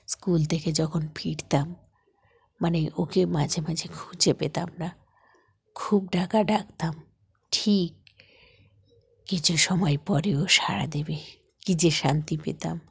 school থেকে যখন ফিরতাম মানে ওকে মাঝে মাঝে খুঁজে পেতাম না খুব ডাকা ডাকতাম ঠিক কিছু সময় পরে ও সাড়া দেবে কী যে শান্তি পেতাম